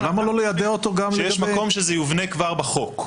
יש מקום שזה יובנה כבר בחוק.